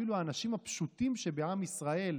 אפילו האנשים הפשוטים שבעם ישראל,